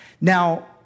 Now